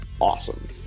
awesome